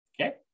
Okay